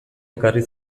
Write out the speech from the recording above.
ekarri